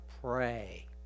pray